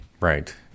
Right